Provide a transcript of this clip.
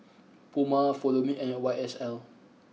Puma Follow Me and Y S L